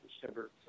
December